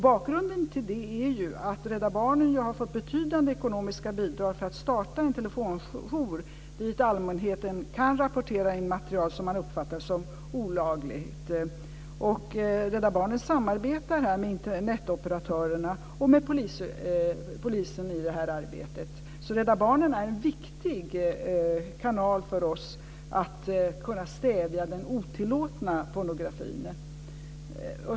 Bakgrunden till det är att Rädda Barnen har fått betydande ekonomiska bidrag för att starta en telefonjour dit allmänheten kan rapportera in material som man uppfattar som olagligt. Rädda Barnen samarbetar med Internetoperatörerna och polisen i det här arbetet. Rädda Barnen är en viktig kanal för oss för att kunna stävja den otillåtna pornografin.